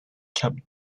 kept